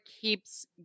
keeps